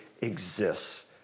exists